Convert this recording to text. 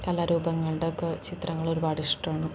കലാരൂപങ്ങളുടെയൊക്കെ ചിത്രങ്ങൾ ഒരുപാട് ഇഷ്ടമാണ്